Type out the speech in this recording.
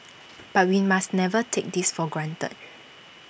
but we must never take this for granted